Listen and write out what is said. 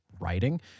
writing